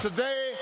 Today